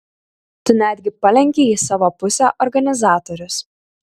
tu netgi palenkei į savo pusę organizatorius